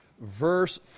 verse